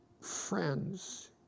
friends